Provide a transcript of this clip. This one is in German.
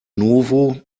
novo